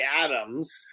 Adams